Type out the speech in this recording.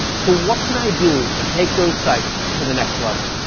so, what can i do to take those sites to the next level?